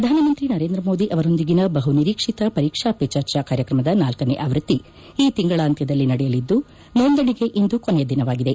ಪ್ರಧಾನಮಂತ್ರಿ ನರೇಂದ್ರ ಮೋದಿ ಅವರೊಂದಿಗಿನ ಬಹು ನಿರೀಕ್ಷಿತ ಪರೀಕ್ಷಾ ಪೇ ಚರ್ಚಾ ಕಾರ್ಯಕ್ರಮದ ನಾಲ್ಡನೇ ಆವೃತ್ತಿ ಈ ತಿಂಗಳಾಂತ್ಯದಲ್ಲಿ ನಡೆಯಲಿದ್ದು ನೋಂದಣಿಗೆ ಇಂದು ಕೊನೆಯ ದಿನವಾಗಿದೆ